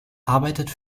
arbeitet